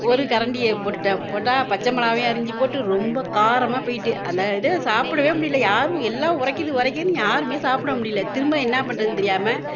ஒரு கரண்டியை போட்டுட்டேன் போட்டால் பச்சை மொளகாயும் அரிஞ்சு போட்டு ரொம்ப காரமாக போய்ட்டு அந்த இதை சாப்பிடவே முடியலை யாரும் எல்லா உறைக்கிது உறைக்கிதுன்னு யாரும் சாப்பிட முடியலை திரும்ப என்ன பண்ணுறதுனு தெரியாமல்